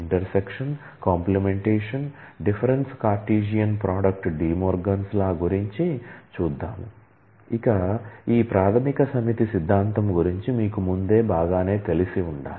ఇక ఈ ప్రాథమిక సమితి సిద్ధాంతం గురించి మీకు ముందే బాగానే తెలిసి ఉండాలి